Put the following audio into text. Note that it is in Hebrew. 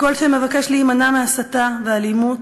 הקול שמבקש להימנע מהסתה ואלימות,